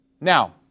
Now